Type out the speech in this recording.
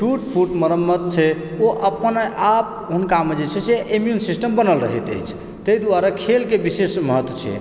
टूट फूट मरम्मत छै ओऽ अपनेआप हुनकामे जे छै से इम्यून सिस्टम बनल रहैत अछि तहि दुआरे खेलके विशेष महत्व छै